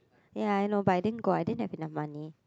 ya I know but I didn't go I didn't have enough money